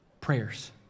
prayers